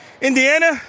Indiana